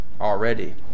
already